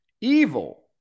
evil